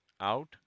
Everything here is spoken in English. out